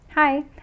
Hi